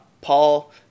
Paul